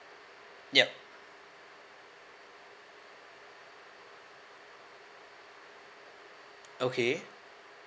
yup okay